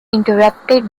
interrupted